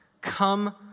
come